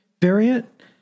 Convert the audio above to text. variant